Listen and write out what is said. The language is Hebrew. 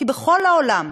כי בכל העולם,